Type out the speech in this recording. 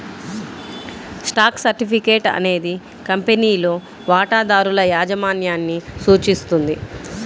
stock certificate అనేది కంపెనీలో వాటాదారుల యాజమాన్యాన్ని సూచిస్తుంది